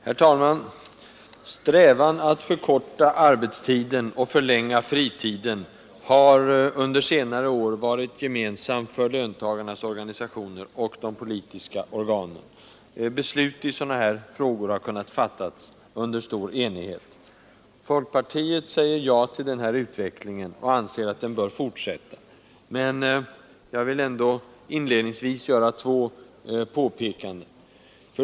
Herr talman! Strävan att förkorta arbetstiden och förlänga fritiden har under senare år varit gemensam för löntagarnas organisationer och de politiska organen. Beslut i sådana frågor har kunnat fattas under stor enighet. Folkpartiet säger ja till den utvecklingen och anser att den bör fortsätta. Men jag vill ändå inledningsvis göra två påpekanden.